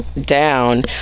Down